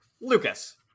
Lucas